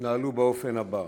יתנהלו באופן הבא: